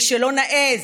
ושלא נעז,